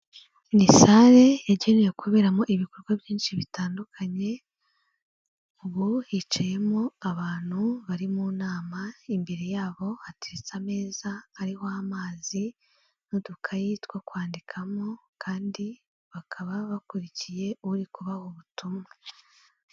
Ni sale yagenewe kuberamo ibikorwa byinshi bitandukanye, ubu hicayemo abantu bari mu nama imbere yabo hateretse ameza ariho amazi n'udukayi two kwandikamo kandi bakaba bakurikiye uri kubaha ubutumwa.